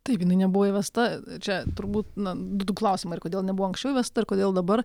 taip jinai nebuvo įvesta čia turbūt na du klausimai ir kodėl nebuvo anksčiau įvesta ir kodėl dabar